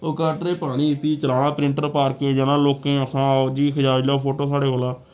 ओह् काटरेज पानी फ्ही चलाना प्रिंटर पार्के जाना लोकें आखना आओ जी खचाई लैओ फोटो साढ़े कोला